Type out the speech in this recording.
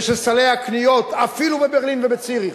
ושסלי הקניות, אפילו בברלין ובציריך,